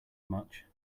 much